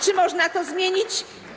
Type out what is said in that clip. Czy można to zmienić?